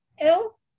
ill